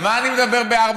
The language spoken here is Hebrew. על מה אני מדבר ב-04:00,